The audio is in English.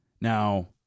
Now